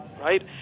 right